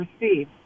receive